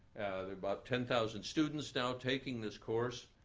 there are but ten thousand students now taking this course.